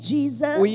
Jesus